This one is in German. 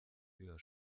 höher